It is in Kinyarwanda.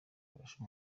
bifasha